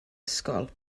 ysgol